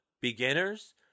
Beginners